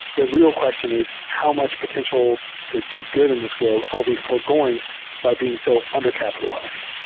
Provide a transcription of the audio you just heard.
the real question is how much potential to do good in this wor ld are we foregoing by being so undercapitalized.